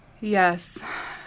Yes